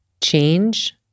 change